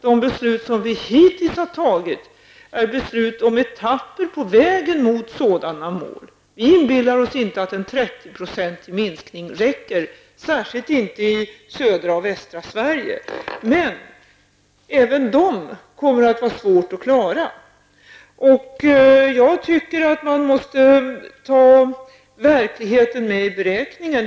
De beslut som vi hittills har fattat är etapper på vägen mot sådana mål. Vi inbillar oss inte att en 30-procentig minskning räcker, särskilt inte i södra och västra Sverige. Men även detta mål kommer vi att ha svårt att klara. Jag anser att man måste ta verkligheten med i beräkningen.